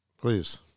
Please